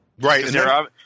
Right